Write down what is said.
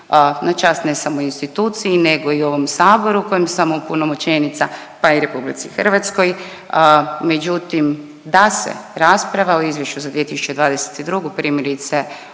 na čast ne samo instituciji nego i ovom saboru kojem sam opunomoćenika pa i RH, međutim da se rasprava o izvješću za 2022. primjerice